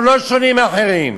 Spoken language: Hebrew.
אנחנו לא שונים מאחרים.